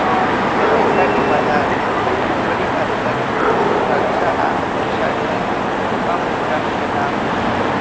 पइसाके बजार में उपरि स्तर के सुरक्षा आऽ अपेक्षाकृत कम रिटर्न के दाम होइ छइ